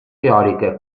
teòrica